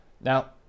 Now